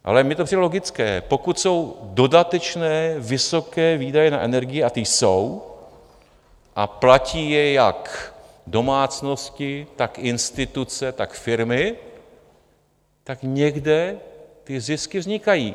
Ale mně to přijde logické, pokud jsou dodatečné vysoké výdaje na energie a ty jsou a platí je jak domácnosti, tak instituce, tak firmy, tak někde ty zisky vznikají.